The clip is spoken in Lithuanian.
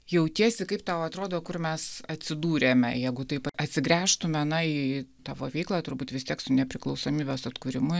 jautiesi kaip tau atrodo kur mes atsidūrėme jeigu taip atsigręžtume na į tavo veiklą turbūt vis tiek su nepriklausomybės atkūrimu